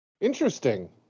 Interesting